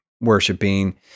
worshiping